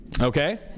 Okay